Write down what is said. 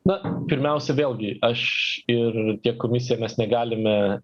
na pirmiausia vėlgi aš ir tiek komisija mes negalime